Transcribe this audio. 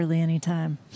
anytime